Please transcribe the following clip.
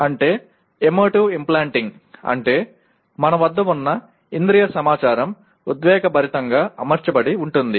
అంటే emotive implanting అంటే మన వద్ద ఉన్న ఇంద్రియ సమాచారం ఉద్వేగభరితంగా అమర్చబడి ఉంటుంది